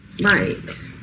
Right